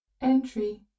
Entry